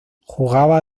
jugaba